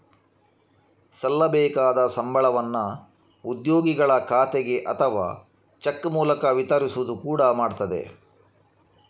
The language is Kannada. ಸಲ್ಲಬೇಕಾದ ಸಂಬಳವನ್ನ ಉದ್ಯೋಗಿಗಳ ಖಾತೆಗೆ ಅಥವಾ ಚೆಕ್ ಮೂಲಕ ವಿತರಿಸುವುದು ಕೂಡಾ ಮಾಡ್ತದೆ